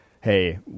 hey